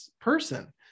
person